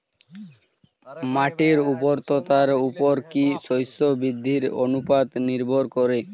মাটির উর্বরতার উপর কী শস্য বৃদ্ধির অনুপাত নির্ভর করে?